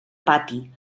pati